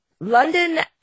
London